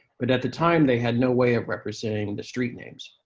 but at the time, they had no way of representing and the street names.